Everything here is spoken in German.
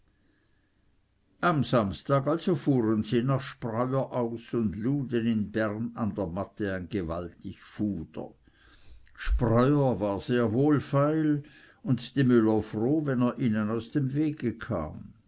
am samstag also fuhren sie nach spreuer aus und luden in bern an der matte ein gewaltig fuder spreuer war sehr wohlfeil und die müller froh wenn er ihnen aus dem wege kam